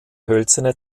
hölzerne